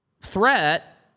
threat